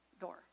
door